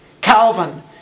Calvin